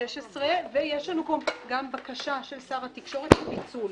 2016, ויש לנו פה גם בקשה של שר התקשורת לפיצול.